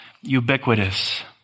ubiquitous